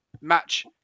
Match